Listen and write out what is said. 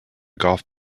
golf